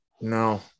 No